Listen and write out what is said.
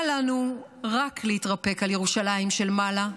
אל לנו רק להתרפק על ירושלים של מעלה,